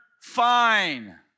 fine